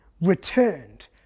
returned